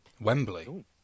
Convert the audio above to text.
Wembley